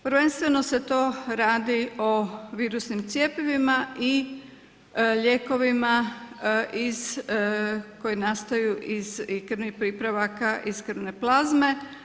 Prvenstveno se to radi o virusnim cijepovima i lijekovima, koji nastaju i kivnih pripravaka iz krvne plazme.